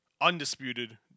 undisputed